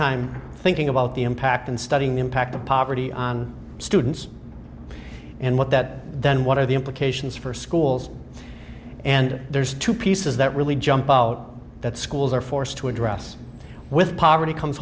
time thinking about the impact and studying the impact of poverty on students and what that then what are the implications for schools and there's two pieces that really jump out that schools are forced to address with poverty comes